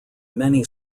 many